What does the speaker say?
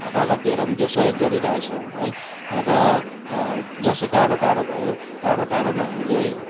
रगत दिएर पनि त्यो सहयोग गरिरहेको छौँ है र जस्तै टाडो टाडो भयो टाडो टाडोमा हामीले